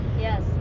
yes